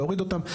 להוריד אותם,